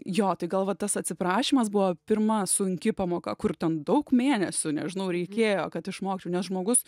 jo tai gal va tas atsiprašymas buvo pirma sunki pamoka kur tam daug mėnesių nežinau reikėjo kad išmokčiau nes žmogus